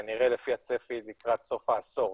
כנראה לפי הצפי, לקראת סוף העשור.